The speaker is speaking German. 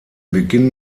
beginn